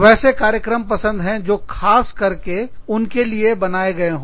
वैसे कार्यक्रम पसंद है जो खास करके उनके लिए बनाए गए हो